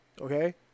Okay